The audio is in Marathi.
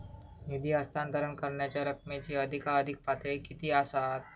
निधी हस्तांतरण करण्यांच्या रकमेची अधिकाधिक पातळी किती असात?